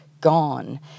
gone